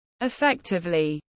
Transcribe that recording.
effectively